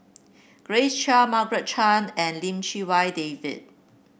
Grace Chia Margaret Chan and Lim Chee Wai David